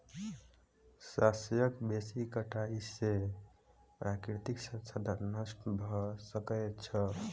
शस्यक बेसी कटाई से प्राकृतिक संसाधन नष्ट भ सकै छै